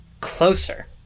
closer